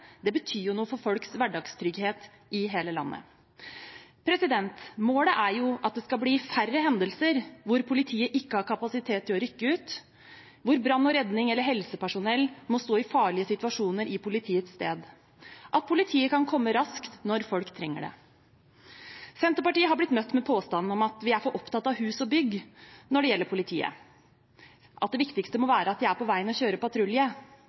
eksisterende, betyr noe for folks hverdagstrygghet i hele landet. Målet er at det skal bli færre hendelser hvor politiet ikke har kapasitet til å rykke ut, hvor brann og redning eller helsepersonell må stå i farlige situasjoner i politiets sted, og at politiet kan komme raskt når folk trenger det. Senterpartiet har blitt møtt med påstanden om at vi er for opptatt av hus og bygg når det gjelder politiet, og at det viktigste må være at de er på veien og kjører patrulje.